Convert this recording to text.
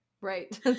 right